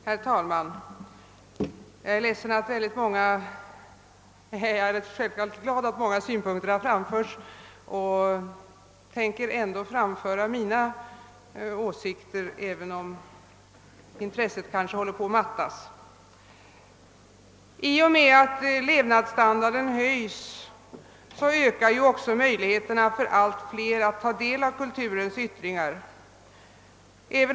Herr talman! Jag är glad över att många synpunkter redan har framförts men vill ändå framlägga mina åsikter, även om intresset kanske håller på att mattas. I och med att levnadsstandarden höjs ökar också möjligheterna för allt fler att ta del av kulturens yttringar.